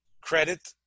credit